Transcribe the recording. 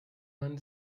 man